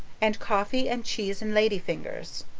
and coffee and cheese and lady fingers.